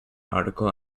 article